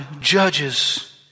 judges